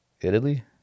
Italy